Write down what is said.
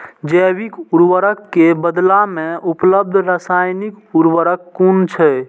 जैविक उर्वरक के बदला में उपलब्ध रासायानिक उर्वरक कुन छै?